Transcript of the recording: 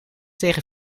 tegen